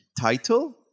title